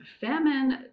Famine